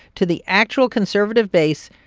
to the actual conservative base,